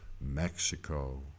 mexico